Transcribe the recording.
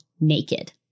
naked